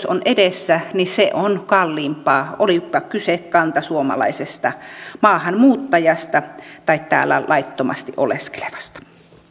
on edessä se on kalliimpaa olipa kyse kantasuomalaisesta maahanmuuttajasta tai täällä laittomasti oleskelevasta